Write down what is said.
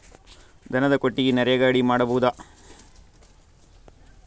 ದನದ ಕೊಟ್ಟಿಗಿ ನರೆಗಾ ಅಡಿ ಮಾಡಬಹುದಾ?